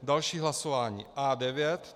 Další hlasování A9.